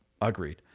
Agreed